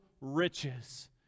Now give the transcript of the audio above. riches